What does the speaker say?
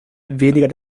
weniger